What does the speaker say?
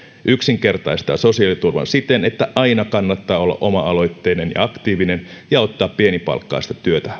yksinkertaistaa sosiaaliturvan siten että aina kannattaa olla oma aloitteinen ja aktiivinen ja ottaa pienipalkkaista työtä